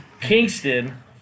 Kingston